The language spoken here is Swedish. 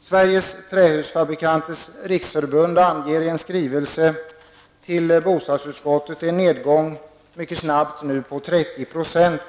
Sveriges trähusfabrikanters riksförbund talar i en skrivelse till bostadsutskottet om en nedgång mycket snabbt på 30 %.